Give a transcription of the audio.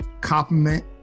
compliment